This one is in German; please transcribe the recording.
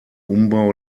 umbau